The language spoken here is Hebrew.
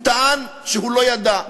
הוא טען שהוא לא ידע.